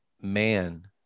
man